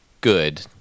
good